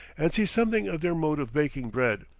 and see something of their mode of baking bread.